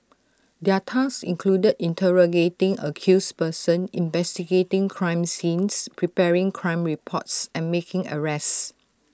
their tasks included interrogating accused persons investigating crime scenes preparing crime reports and making arrests